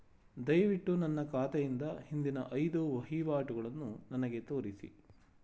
ದಯವಿಟ್ಟು ನನ್ನ ಖಾತೆಯಿಂದ ಹಿಂದಿನ ಐದು ವಹಿವಾಟುಗಳನ್ನು ನನಗೆ ತೋರಿಸಿ